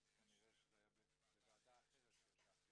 אז כנראה שזה היה בוועדה אחרת שישבתי